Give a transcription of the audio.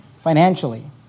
financially